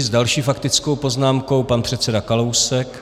S další faktickou poznámkou pan předseda Kalousek.